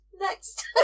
Next